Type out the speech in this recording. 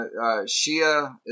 Shia